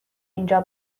اینجا